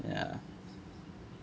ya